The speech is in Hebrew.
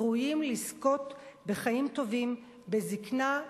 ראויים לזכות בחיים טובים בזיקנה,